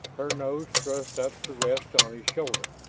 her nose thrust up to rest on his shoulder.